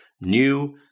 new